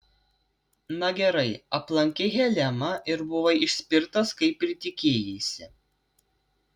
na gerai aplankei helemą ir buvai išspirtas kaip ir tikėjaisi